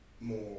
More